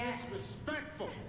Disrespectful